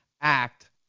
act